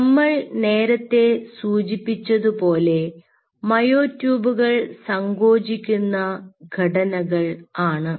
നമ്മൾ നേരത്തെ സൂചിപ്പിച്ചതുപോലെ മയോ ട്യൂബുകൾ സങ്കോചിക്കുന്ന ഘടനകൾ ആണ്